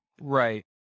Right